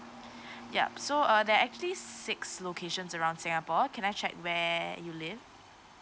yup so uh they're actually six locations around singapore can I check where you live